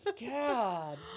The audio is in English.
God